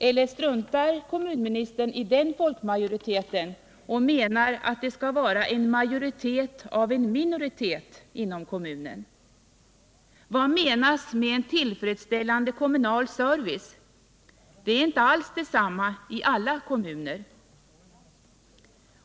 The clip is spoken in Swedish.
Eller struntar kommunministern i den folkmajoriteten och menar att det skall vara en majoritet av en minoritet inom kommunen? Vad menas med en tillfredsställande kommunal service? Det är inte alls detsamma i alla kommuner.